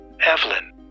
Evelyn